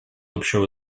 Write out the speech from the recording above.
общего